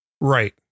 Right